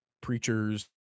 preachers